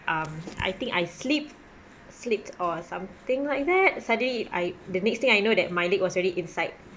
um I think I slip slip or something like that suddenly I the next thing I know that my leg was already inside